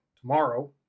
tomorrow